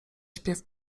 śpiew